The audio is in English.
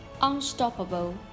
Unstoppable